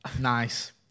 nice